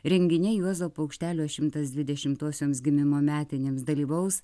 renginiai juozo paukštelio šimtas dvidešimtosioms gimimo metinėms dalyvaus